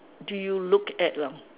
do you look at lah